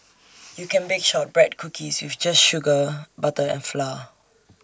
you can bake Shortbread Cookies with just sugar butter and flour